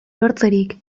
lortzerik